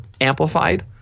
amplified